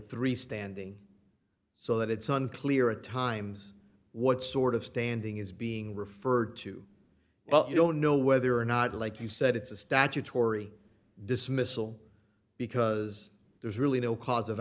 three standing so that it's unclear at times what sort of standing is being referred to but you don't know whether or not like you said it's a statutory dismissal because there's really no cause of